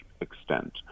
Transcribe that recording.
extent